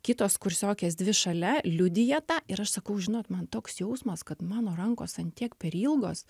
kitos kursiokės dvi šalia liudija tą ir aš sakau žinot man toks jausmas kad mano rankos ant tiek per ilgos